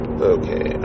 okay